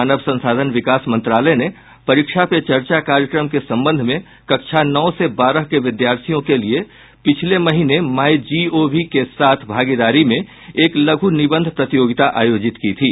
मानव संसाधन विकास मंत्रालय ने परीक्षा पे चर्चा कार्यक्रम के संबंध में कक्षा नौ से बारह के विद्यार्थियों के लिए पिछले महीने माई गव के साथ भागीदारी में एक लघ् निबंध प्रतियोगिता आयोजित की थी